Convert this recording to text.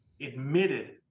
admitted